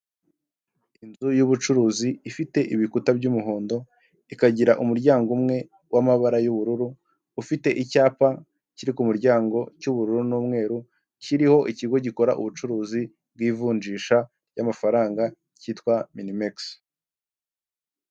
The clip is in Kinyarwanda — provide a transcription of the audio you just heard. Inzu y'ubucuruzi ifite ibikuta by'umuhondo ikagira umuryango umwe w'amabara y'ubururu, ufite icyapa kiri ku muryango cy'ubururu n'umweru kiriho ikigo gikora ubucuruzi bw'ivunjisha ry'amafaranga cyitwa minimekisi.